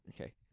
Okay